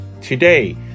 Today